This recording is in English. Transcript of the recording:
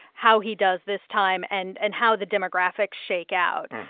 how he does this time and and how the demographics shake out.